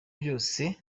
byose